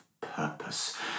purpose